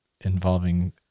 involving